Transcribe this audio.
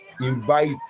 Invite